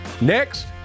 Next